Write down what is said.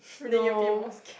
no